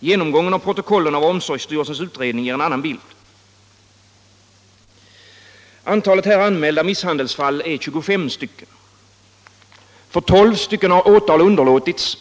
Genomgången av protokollen och av omsorgsstyrelsens utredning ger en annan bild. Antalet av anmälda misshandelsfall är 25. För tolv fall har åtal underlåtits,